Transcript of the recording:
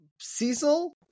Cecil